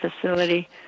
facility